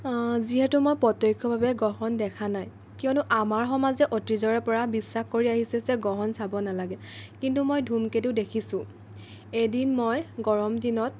যিহেতু মই প্ৰত্যক্ষভাৱে গ্ৰহণ দেখা নাই কিয়নো আমাৰ সমাজে অতিজৰে পৰা বিশ্বাস কৰি আহিছে যে গ্ৰহণ চাব নালাগে কিন্তু মই ধূমকেতু দেখিছোঁ এদিন মই গৰম দিনত